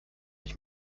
ich